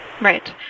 Right